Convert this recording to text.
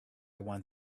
want